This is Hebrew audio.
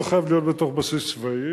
לא חייב להיות בתוך בסיס צבאי,